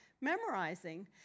memorizing